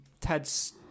Ted's